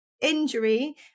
injury